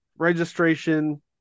registration